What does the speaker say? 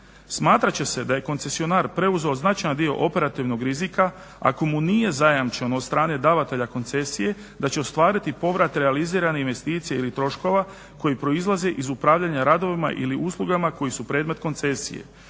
Smatrat će se da je koncesionar preuzeo značajan dio operativnog rizika ako mu nije zajamčeno od strane davatelja koncesije da će ostvariti povrat realizirane investicije ili troškova koji proizlaze iz upravljanja radovima ili uslugama koji su predmet koncesije.